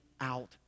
out